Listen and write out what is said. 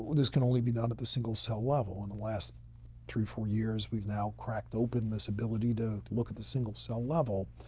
this can only be done at the single-cell level. and in the last three, four years we've now cracked open this ability to look at the single-cell level.